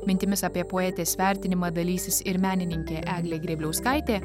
mintimis apie poetės vertinimą dalysis ir menininkė eglė grėbliauskaitė